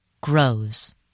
grows